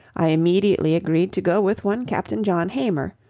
i immediately agreed to go with one capt. and john hamer,